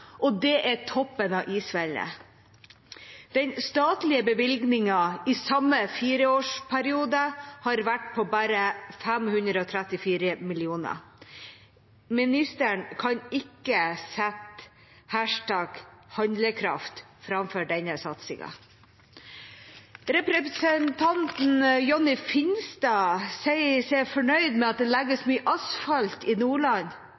og det er toppen av isfjellet. Den statlige bevilgningen i samme fireårsperiode har vært på bare 534 mill. kr. Ministeren kan ikke sette #handlekraft foran denne satsingen. Representanten Jonny Finstad sier seg fornøyd med at det legges mye asfalt i Nordland.